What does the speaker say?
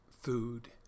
food